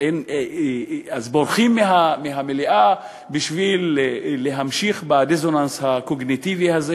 אז בורחים מהמליאה בשביל להמשיך בדיסוננס הקוגניטיבי הזה,